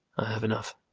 i have enough.